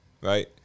right